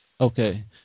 Okay